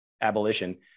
abolition